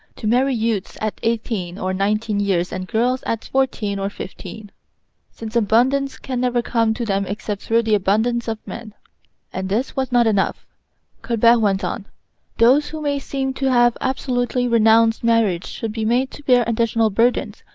to marry youths at eighteen or nineteen years and girls at fourteen or fifteen since abundance can never come to them except through the abundance of men and this was not enough colbert went on those who may seem to have absolutely renounced marriage should be made to bear additional burdens,